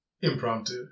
impromptu